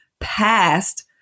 past